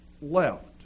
left